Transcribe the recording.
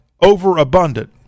overabundant